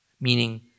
meaning